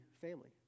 family